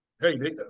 Hey